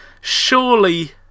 surely